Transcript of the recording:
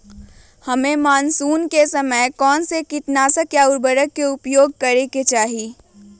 हमें मानसून के समय कौन से किटनाशक या उर्वरक का उपयोग करना चाहिए?